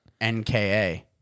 NKA